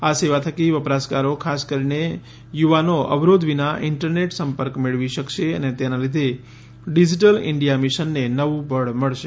આ સેવા થકી વપરાશકારો ખાસ કરીને યુવાનો અવરોધ વિના ઈન્ટરનેટ સંપર્ક મેળવી શકશે અને તેના લીધે ડિજિટલ ઈન્ડિયા મિશનને નવું બળ મળશે